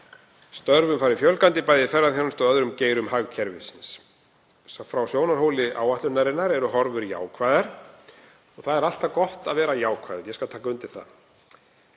Störfum fari fjölgandi, bæði í ferðaþjónustu og öðrum geirum hagkerfisins. Frá sjónarhóli áætlunarinnar eru horfur jákvæðar og það er alltaf gott að vera jákvæður, ekki má gera